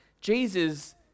Jesus